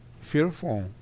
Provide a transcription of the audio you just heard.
fearful